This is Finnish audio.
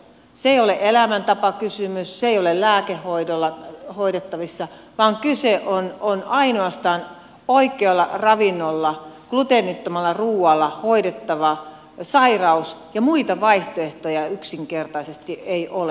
se ei ole elämäntapakysymys se ei ole lääkehoidolla hoidettavissa vaan kyseessä on ainoastaan oikealla ravinnolla gluteenittomalla ruualla hoidettava sairaus ja muita vaihtoehtoja yksinkertaisesti ei ole